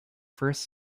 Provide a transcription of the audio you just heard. first